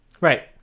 Right